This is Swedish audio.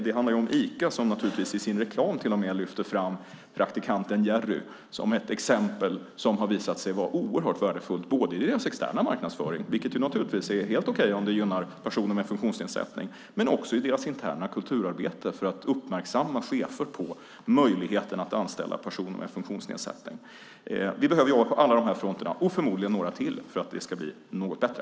Det handlar om Ica som i sin reklam till och med lyfter fram praktikanten Jerry som ett exempel som har visat sig vara värdefullt både i Icas externa marknadsföring, vilket är helt okej om det gynnar personer med funktionsnedsättning, och i deras interna kulturarbete för att uppmärksamma chefer på möjligheten att anställa personer med funktionsnedsättning. Vi behöver jobba på alla de här fronterna och förmodligen några till för att det ska bli något bättre.